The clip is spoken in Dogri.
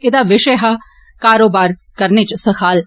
एदा विशय हा 'कारोबार करने इच सखाल'